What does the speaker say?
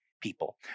people